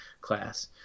class